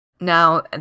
Now